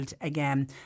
again